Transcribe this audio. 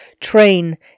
train